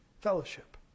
fellowship